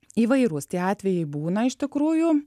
įvairūs tie atvejai būna iš tikrųjų